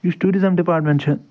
یہِ چھُ tourism department چھِ